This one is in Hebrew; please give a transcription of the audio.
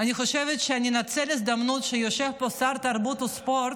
אני חושבת שאני אנצל את ההזדמנות שיושב פה שר התרבות והספורט.